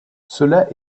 cela